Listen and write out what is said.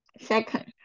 Second